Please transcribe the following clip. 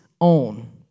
own